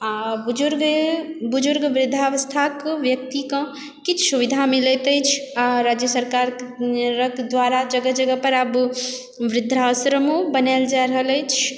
आ बुजुर्ग वृद्धावस्थाक व्यक्तिक किछु सुविधा मिलत अछि आर राज्य सरकार द्वारा जगह जगह पर आब वृद्धाश्रमो बनाएल जा रहल अछि